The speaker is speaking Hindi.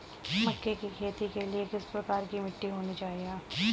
मक्के की खेती के लिए किस प्रकार की मिट्टी होनी चाहिए?